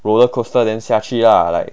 roller coaster then 下去 lah like